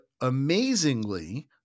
amazingly